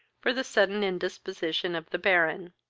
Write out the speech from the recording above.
for the sudden indisposition of the baron.